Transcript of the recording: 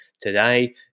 today